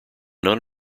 none